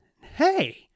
Hey